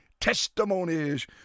testimonies